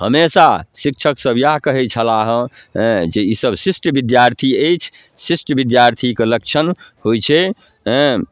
हमेशा शिक्षकसभ इएह कहै छलाह हँ हेँ जे ईसभ शिष्ट विद्यार्थी अछि शिष्ट विद्यार्थीके लक्षण होइ छै हेँ